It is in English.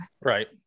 Right